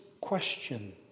question